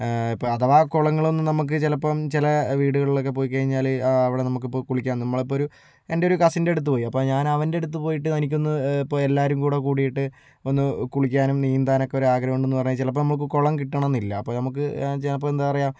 അഥവാ കുളങ്ങൾ ഒന്നും നമുക്ക് ചിലപ്പോൾ ചില വീടുകളിൽ ഒക്കെ പോയി കഴിഞ്ഞാല് അവിടെ നമുക്ക് ഇപ്പോൾ കുളിക്കാൻ നമ്മളിപ്പോൾ ഒരു എൻറെ ഒരു കസിൻ എടുത്തു പോയി ഞാൻ അവന്റെ അടുത്ത് പോയിട്ട് എനിക്കൊന്ന് എല്ലാവരും കൂടെ കൂടിയിട്ട് ഒന്ന് കുളിക്കാനും നീന്താനും ഒക്കെ ഒരാഗ്രഹം ഉണ്ടെന്ന് പറഞ്ഞാൽ ചിലപ്പോ നമ്മക്ക് കുളം കിട്ടണമെന്നില്ല അപ്പോൾ നമുക്ക് ചിലപ്പോൾ എന്താ പറയുക